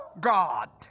God